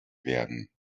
werden